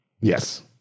Yes